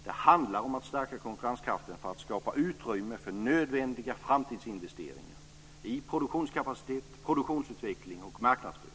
Det handlar om att stärka konkurrenskraften för att skapa utrymme för nödvändiga framtidsinvesteringar i produktionskapacitet, produktutveckling och marknadsföring.